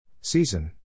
Season